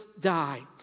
die